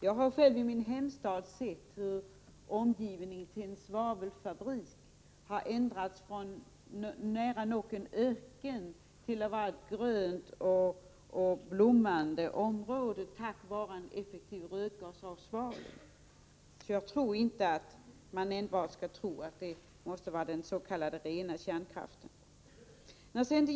Jag har själv i min hemstad sett hur omgivningen till en svavelfabrik har förändrats från nära nog en öken till att vara ett grönt och blommande område, tack vare en effektiv rökgasavsvavling. Man behöver alltså inte tro att det måste vara den s.k. rena kärnkraften som ger sådana förbättringar.